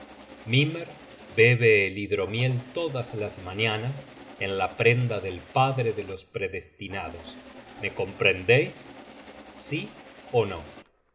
mimer bebe el hidromiel todas las mañanas en la prenda del padre de los predestinados me comprendeis sí ó no